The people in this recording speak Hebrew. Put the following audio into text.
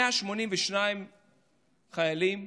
182 חיילים,